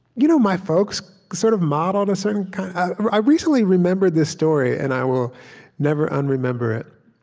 you know my folks sort of modeled a certain kind of i recently remembered this story, and i will never un-remember it,